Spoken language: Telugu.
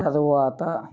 తరువాత